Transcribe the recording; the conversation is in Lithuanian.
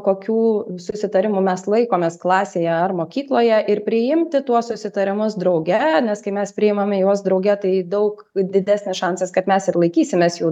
kokių susitarimų mes laikomės klasėje ar mokykloje ir priimti tuos susitarimus drauge nes kai mes priimame juos drauge tai daug didesnis šansas kad mes ir laikysimės jų